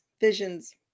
visions